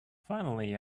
finally